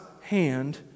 hand